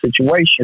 situation